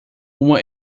uma